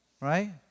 right